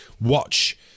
watch